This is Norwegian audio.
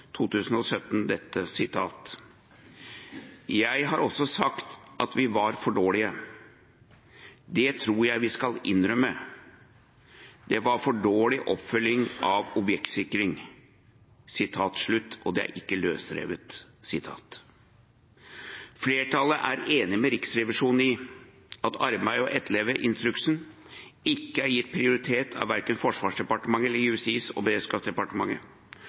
2017: «Jeg har også sagt at vi var for dårlige. Det tror jeg vi skal innrømme. Det var for dårlig oppfølging av objektsikringen.» Dette er ikke et løsrevet sitat. Flertallet er enig med Riksrevisjonen i at arbeidet med å etterleve instruksen ikke er gitt prioritet verken av Forsvarsdepartementet eller av Justis- og beredskapsdepartementet.